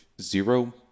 zero